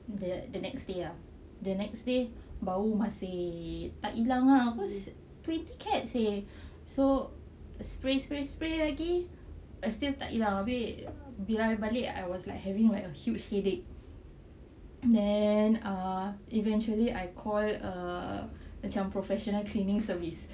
the next day ah the next day bau masih tak hilang ah cause twenty cats seh so spray spray spray lagi still tak hilang abeh bila I balik I was like having like a huge headache then err eventually I call err macam professional cleaning service